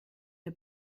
der